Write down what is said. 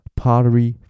pottery